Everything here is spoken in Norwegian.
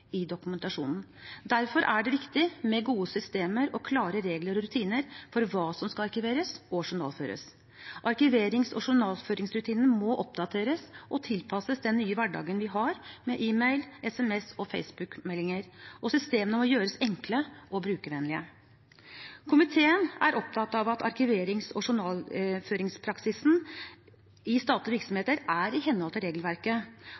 i dokumentasjonen. Derfor er det viktig med gode systemer og klare regler og rutiner for hva som skal arkiveres og journalføres. Arkiverings- og journalføringsrutinene må oppdateres og tilpasses den nye hverdagen vi har, med e-mail, SMS og Facebook-meldinger, og systemene må gjøres enkle og brukervennlige. Komiteen er opptatt av at arkiverings- og journalføringspraksisen i statlige virksomheter er i henhold til regelverket.